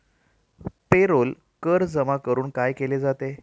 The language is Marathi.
पेरोल कर जमा करून काय केले जाते?